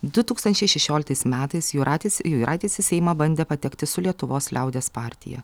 du tūkstančiai šešioliktais metais juratis juraitis į seimą bandė patekti su lietuvos liaudies partija